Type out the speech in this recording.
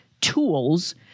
tools